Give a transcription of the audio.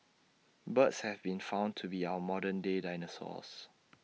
birds have been found to be our modern day dinosaurs